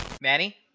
Manny